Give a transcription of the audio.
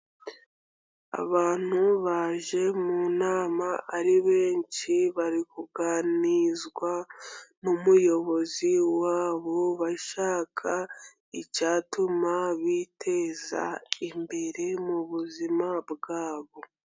Abantu baje mu nama ari benshi bari kuganirizwa n'umuyobozi wabo, bashaka icyatuma biteza imbere mu buzima bwabo.